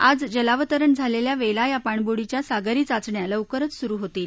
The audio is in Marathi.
आज जलावतरण झालेल्या वेला या पाणबुडीच्या सागरी चाचण्या लवकरच सुरू होतील